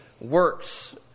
works